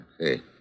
Hey